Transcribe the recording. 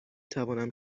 توانم